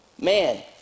Man